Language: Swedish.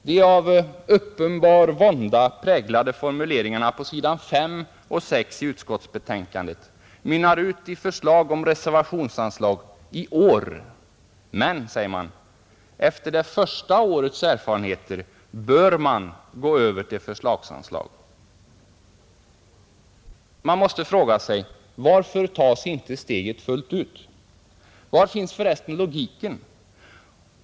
De av uppenbar vånda präglade formuleringarna på s. 5 och 6 i utskottsbetänkandet mynnar ut i förslag om reservationsanslag i år. Men, säger man, efter det första årets erfarenheter bör man gå över till förslagsanslag. Man måste fråga sig: Varför tas inte steget fullt ut? Var finns för resten logiken?